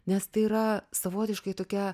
nes tai yra savotiškai tokia